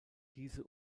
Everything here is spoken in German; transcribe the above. diese